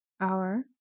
hour